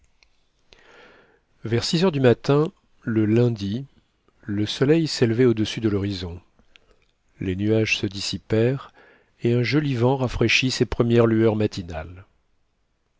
vers six heures du matin le lundi le soleil s'élevait au-dessus de lhorizon les nuages se dissipèrent et un joli vent rafraîchit ces première lueurs matinales